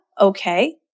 okay